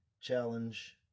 challenge